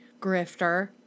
grifter